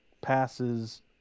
passes